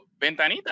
Ventanita